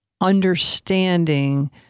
understanding